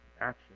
action